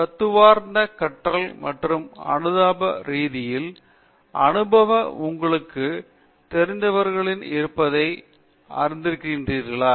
தத்துவார்த்தக் கற்றல் அல்லது அனுபவ ரீதியான அனுபவங்கள் உங்களுக்குத் தெரிந்தவர்களிடம் இருப்பதை நீங்கள் அறிந்திருக்கிறீர்களா